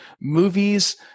movies